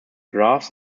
graphs